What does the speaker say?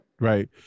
Right